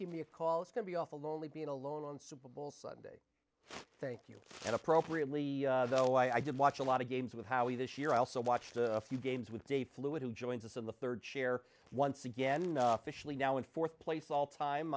give me a call it's going to be awful lonely being alone on super bowl sunday thank you appropriately though i did watch a lot of games with howie this year i also watched a few games with jay fluid who joins us in the third share once again fishley now in fourth place all time